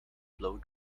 blow